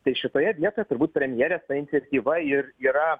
tai šitoje vietoje turbūt premjerės ta iniciatyva ir yra